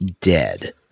dead